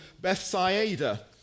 Bethsaida